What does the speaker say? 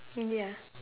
ya